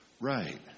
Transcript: Right